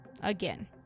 again